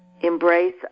embrace